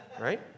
right